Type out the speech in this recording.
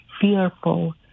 fearful